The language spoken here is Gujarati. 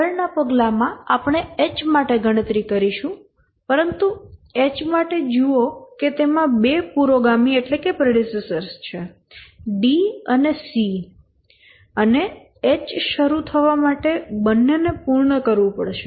આગળના પગલામાં આપણે H માટે ગણતરી કરીશું પરંતુ H માટે જુઓ કે તેમાં બે પુરોગામી D અને C છે અને H શરૂ થવા માટે બંનેને પૂર્ણ કરવું પડશે